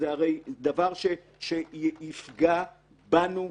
זה הרי דבר שיפגע בנו,